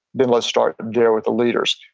then let's start there with the leaders.